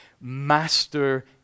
master